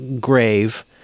grave